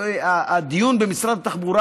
הדיון במשרד התחבורה,